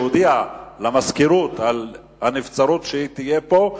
שהיא הודיעה למזכירות על כך שנבצר ממנה להיות פה,